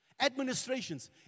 Administrations